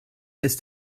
ist